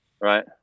Right